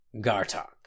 Gartok